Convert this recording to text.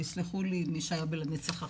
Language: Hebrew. ויסלחו לי מי שהיה בלנצח אחים.